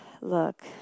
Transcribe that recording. Look